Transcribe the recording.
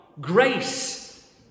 grace